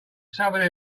southern